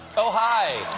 oh, hi.